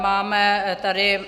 Máme tady...